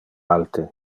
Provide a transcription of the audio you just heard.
alte